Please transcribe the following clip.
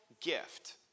gift